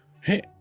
Hey